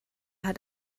hat